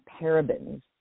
parabens